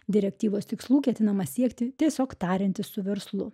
direktyvos tikslų ketinama siekti tiesiog tariantis su verslu